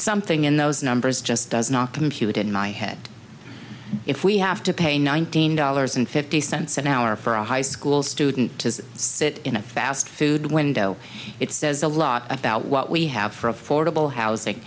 something in those numbers just does not compute in my head if we have to pay nineteen dollars and fifty cents an hour for a high school student to sit in a fast food window it says a lot about what we have for affordable housing